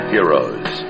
Heroes